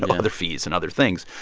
um other fees and other things.